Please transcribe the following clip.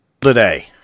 today